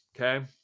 okay